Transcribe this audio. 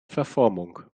verformung